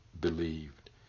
believed